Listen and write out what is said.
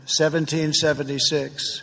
1776